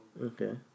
okay